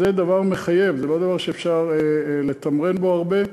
וזה דבר מחייב, זה לא דבר שאפשר לתמרן בו הרבה.